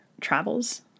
travels